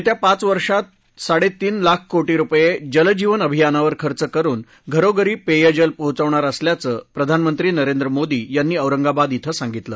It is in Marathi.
येत्या पाच वर्षांत साडे तीन लाख कोशीरुपये जल जीवन अभियानावर खर्च करून घरोघरी पेयजल पोहोचवणार असल्याचं प्रधानमंत्री नरेंद्र मोदी यांनी औरंगाबाद इथं सांगितलं